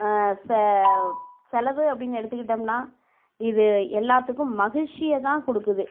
செ செலவு அப்படின்னு எடுத்துக்கிட்டோம்னா இது எல்லாத்துக்கும் மகிழ்ச்சியை தான் கொடுக்குது